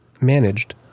managed